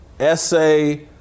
essay